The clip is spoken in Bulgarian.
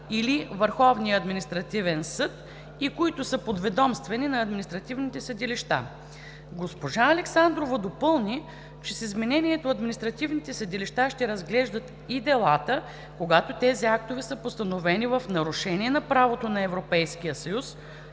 или Върховния административен съд и които са подведомствени на административните съдилища. Госпожа Александрова допълни, че с изменението административните съдилища ще разглеждат и делата, когато тези актове са постановени в нарушение на правото на Европейския съюз